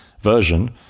version